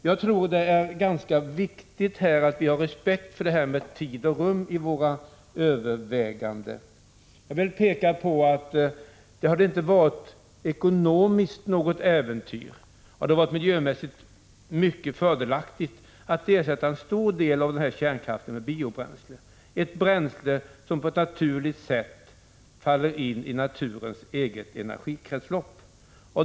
Jag tror det är ganska viktigt att vi har respekt för detta med tid och rum i våra överväganden. Jag vill peka på att det ekonomiskt inte har varit något äventyr och att det miljömässigt har varit mycket fördelaktigt att ersätta stora delar av kärnkraften med biobränsle, ett bränsle som på ett naturligt sätt faller in i naturens eget energikretslopp.